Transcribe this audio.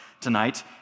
tonight